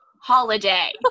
holiday